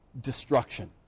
destruction